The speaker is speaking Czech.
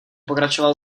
pokračoval